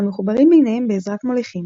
המחוברים ביניהם בעזרת מוליכים,